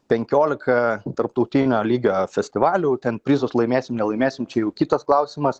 penkiolika tarptautinio lygio festivalių ten prizus laimėsim nelaimėsim čia jau kitas klausimas